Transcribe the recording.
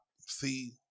see